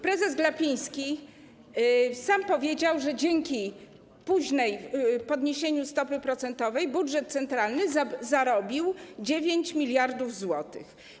Prezes Glapiński sam powiedział, że dzięki późnemu podniesieniu stopy procentowej budżet centralny zarobił 9 mld zł.